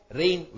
rain